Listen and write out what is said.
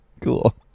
cool